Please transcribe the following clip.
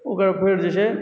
ओकर फेर जे छै